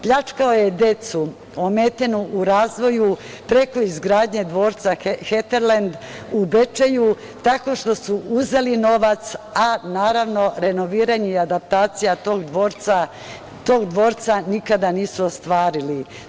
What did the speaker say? Pljačkao je decu ometenu u razvoju preko izgradnje dvorca Heterlend u Bečeju, tako što su uzeli novac a renoviranje i adaptacija tog dvorca nikada nije ostvarena.